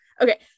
okay